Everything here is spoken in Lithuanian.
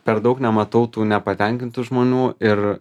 per daug nematau tų nepatenkintų žmonių ir